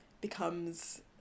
becomes